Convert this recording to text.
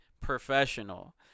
professional